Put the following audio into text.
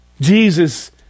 Jesus